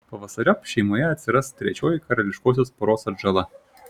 pavasariop šeimoje atsiras trečioji karališkosios poros atžala